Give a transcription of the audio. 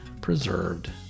preserved